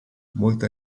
molta